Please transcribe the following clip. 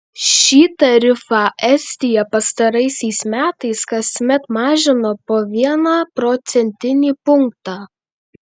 šį tarifą estija pastaraisiais metais kasmet mažino po vieną procentinį punktą